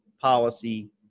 policy